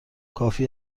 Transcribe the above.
کافی